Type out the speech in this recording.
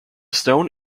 stone